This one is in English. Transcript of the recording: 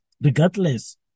regardless